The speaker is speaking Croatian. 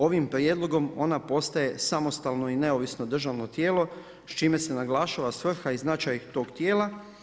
Ovim prijedlogom ona postaje samostalno i neovisno državno tijelo s čime se naglašava svrha i značaj tog tijela.